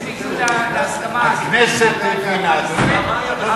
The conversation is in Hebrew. הם הגיעו להסכמה, הכנסת הבינה, אדוני.